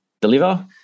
deliver